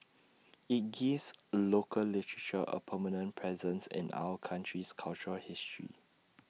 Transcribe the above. IT gives local literature A permanent presence in our country's cultural history